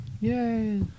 Yay